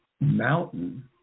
mountain